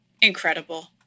incredible